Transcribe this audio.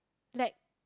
lack